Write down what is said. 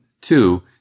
two